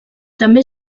també